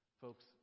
Folks